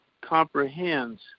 comprehends